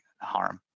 harm